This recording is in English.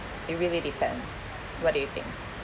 it really depends what do you think